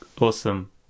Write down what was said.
Awesome